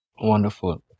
Wonderful